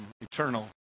eternal